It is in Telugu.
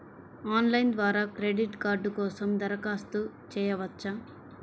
ఆన్లైన్ ద్వారా క్రెడిట్ కార్డ్ కోసం దరఖాస్తు చేయవచ్చా?